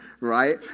right